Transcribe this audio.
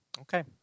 Okay